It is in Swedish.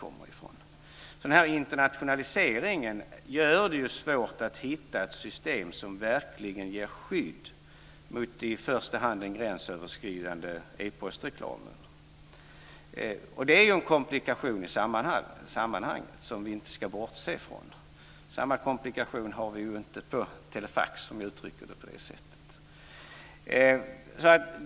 Denna internationalisering gör det svårt att hitta ett system som verkligen ger skydd mot i första hand den gränsöverskridande epostreklamen. Det är en komplikation i sammanhanget som vi inte ska bortse från. Samma komplikation har vi inte i fråga om telefax, om jag uttrycker det på det sättet.